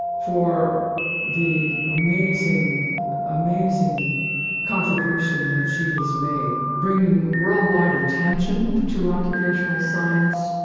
for the amazing amazing contribution that she has made, bringing worldwide attention to occupational science,